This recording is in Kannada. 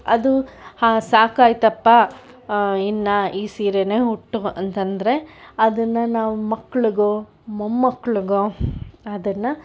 ಅದು ಹಾಂ ಸಾಕಾಯ್ತಪ್ಪ ಇನ್ನು ಈ ಸೀರೆನೇ ಉಟ್ ಅಂತೆಂದರೆ ಅದನ್ನು ನಾವು ಮಕ್ಕಳಿಗೋ ಮೊಮ್ಮಕ್ಕಳಿಗೋ ಅದನ್ನು